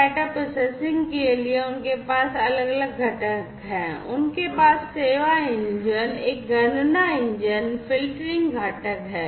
data processing के लिए उनके पास अलग अलग घटक हैं उनके पास सेवा इंजन एक गणना इंजन और फ़िल्टरिंग घटक है